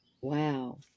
Wow